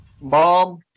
mom